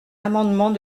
amendement